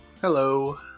Hello